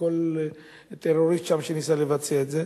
לכל טרוריסט שם שניסה לבצע את זה.